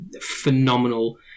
phenomenal